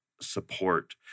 support